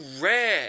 rare